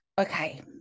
okay